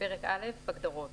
הגדרות